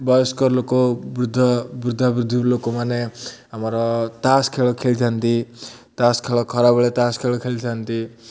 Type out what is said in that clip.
ବୟସ୍କ ଲୋକ ବୃଦ୍ଧ ବୃଦ୍ଧା ବୃଦ୍ଧି ଲୋକମାନେ ଆମର ତାସ୍ ଖେଳ ଖେଳିଥାନ୍ତି ତାସ୍ ଖେଳ ଖରାବେଳେ ତାସ୍ ଖେଳ ଖେଳିଥାନ୍ତି